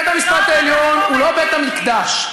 בית-המשפט העליון הוא לא בית-המקדש,